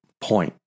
point